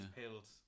pills